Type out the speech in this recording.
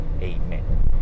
amen